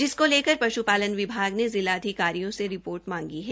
जिसको लेकर पश्पालन विभाग ने जिला अधिकारियों से रिपोर्ट माँगी है